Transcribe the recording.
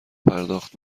پرداخت